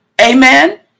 Amen